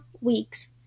weeks